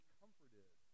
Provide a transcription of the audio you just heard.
comforted